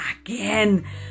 again